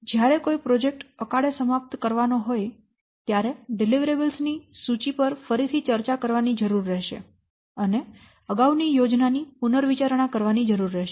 જ્યારે કોઈ પ્રોજેક્ટ અકાળે સમાપ્ત કરવાનો હોય ત્યારે ડિલિવરીબલ્સ ની સૂચિ પર ફરીથી ચર્ચા કરવાની જરૂર રહેશે અને અગાઉની યોજના ની પુનર્વિચારણા કરવાની જરૂર રહેશે